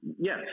Yes